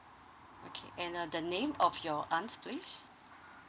okay and uh the name of your aunt's place